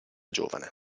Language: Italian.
giovane